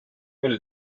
will